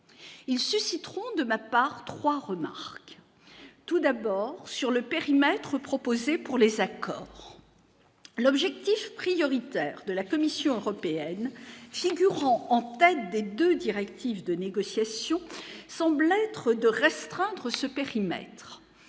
ils susciteront de ma part 3 remarques tout d'abord sur le périmètre proposé pour les accords, l'objectif prioritaire de la Commission européenne figurant en tête des 2 directives de négociation semble être de restreindre ce périmètre